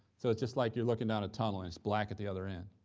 so it's just like you're looking down a tunnel and it's black at the other end,